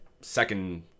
second